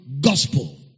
Gospel